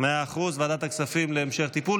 מאה אחוז, לוועדת הכספים, להמשך טיפול.